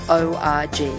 org